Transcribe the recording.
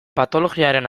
patologiaren